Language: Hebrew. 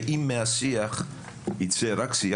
ואם מהשיח ייצא רק שיח,